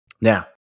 Now